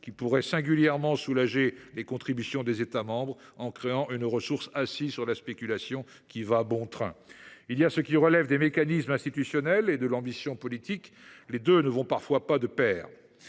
qui pourrait singulièrement soulager les contributions des États membres en créant une ressource assise sur la spéculation, qui va toujours bon train ? Il y a ce qui relève des mécanismes institutionnels et ce qui relève de l’ambition politique, les deux n’allant pas toujours de pair.